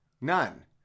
None